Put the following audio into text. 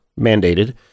mandated